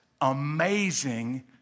amazing